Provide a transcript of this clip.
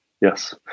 Yes